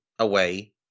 away